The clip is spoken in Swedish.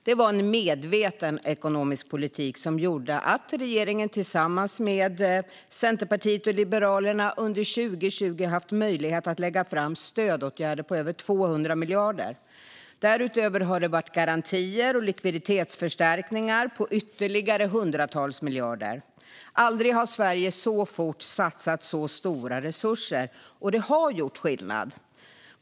Detta är en medveten ekonomisk politik som har gjort att regeringen tillsammans med Centerpartiet och Liberalerna under 2020 haft möjlighet att lägga fram förslag om stödåtgärder på över 200 miljarder. Därutöver har det varit garantier och likviditetsförstärkningar på ytterligare hundratals miljarder. Aldrig har Sverige så fort satsat så stora resurser, och det har gjort skillnad.